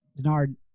Denard